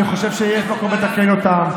אני חושב שיש מקום לתקן אותו,